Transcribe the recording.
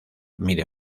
mide